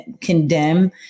condemn